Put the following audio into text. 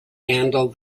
handle